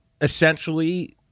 essentially